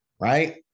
Right